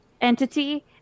entity